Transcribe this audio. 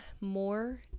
more